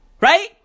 Right